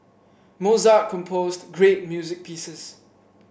Mozart composed great music pieces